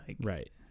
right